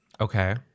Okay